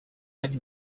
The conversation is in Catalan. any